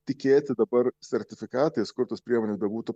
tikėti dabar sertifikatais kur tos priemonės bebūtų